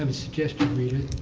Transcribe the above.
um suggest you read it.